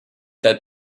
that